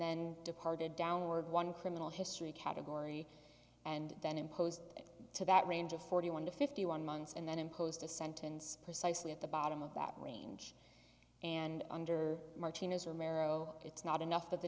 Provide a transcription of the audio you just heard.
then departed downward one criminal history category and then imposed to that range of forty one to fifty one months and then imposed a sentence precisely at the bottom of that range and under martino's or marrow it's not enough